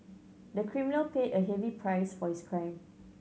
the criminal paid a heavy price for his crime